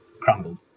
crumbled